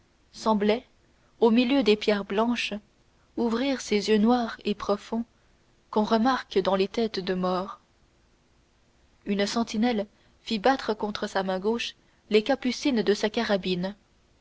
semblaient au milieu des pierres blanches ouvrir ces yeux noirs et profonds qu'on remarque dans les têtes de mort une sentinelle fit battre contre sa main gauche les capucines de sa carabine